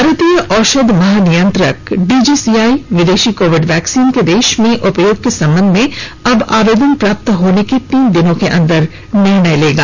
भारतीय औषध महानियंत्रक डीसीजीआई विदेशी कोविड वैक्सीन के देश में उपयोग के संबंध में अब आवेदन प्राप्त होने के तीन दिन के अंदर निर्णय लेगा